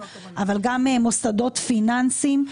אבל גם מוסדות ופיננסיים.